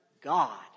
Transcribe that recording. God